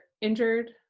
injured